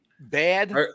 bad